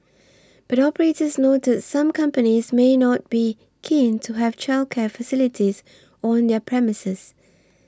but operators noted some companies may not be keen to have childcare facilities on their premises